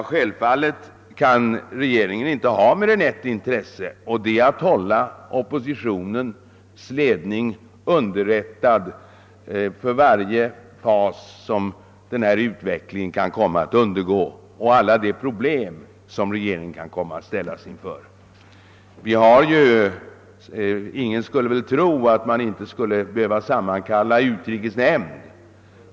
Självfallet kan regeringen inte ha mer än ett intresse, nämligen att hålla oppositionens ledning underrättad om varje fas som denna utveckling kan komma att undergå och om alla de problem som regeringen kan komma att ställas inför. Ingen kan väl tro, att man inte skulle behöva sammankalla utrikesnämnden.